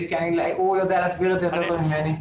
כי הוא יודע להסביר את זה יותר טוב ממני.